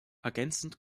ergänzend